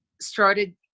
started